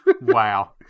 Wow